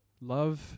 love